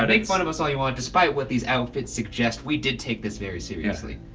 um make fun of us all you want. despite what these outfits suggest, we did take this very seriously.